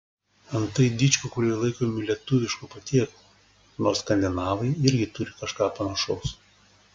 antai didžkukuliai laikomi lietuvišku patiekalu nors skandinavai irgi turi kažką panašaus